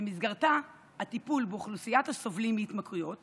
שבמסגרתה הטיפול באוכלוסיית הסובלים מהתמכרויות